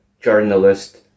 journalist